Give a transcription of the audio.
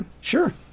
Sure